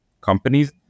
companies